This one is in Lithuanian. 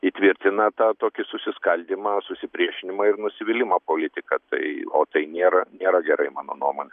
įtvirtina tą tokį susiskaldymą susipriešinimą ir nusivylimą politika tai o tai nėra nėra gerai mano nuomone